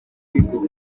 bigo